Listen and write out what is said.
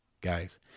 guys